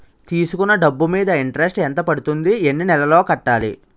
తీసుకున్న డబ్బు మీద ఇంట్రెస్ట్ ఎంత పడుతుంది? ఎన్ని నెలలో కట్టాలి?